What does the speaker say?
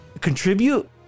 contribute